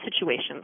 situations